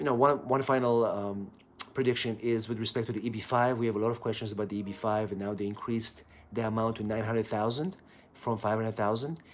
you know one one final prediction is with respect to the e b five. we have a lot of questions about the e b five, and now, they increased the amount to nine hundred thousand from five hundred and thousand.